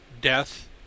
death